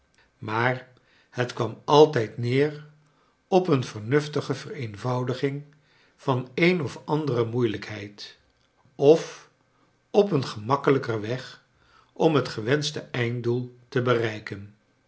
maar het kwam altijd neer op een vernuftige vereenvoudiging van een of andere moeilijkheid of op een gemakkelijker weg om het gewenschte einddoel te bereiken